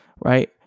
right